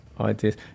ideas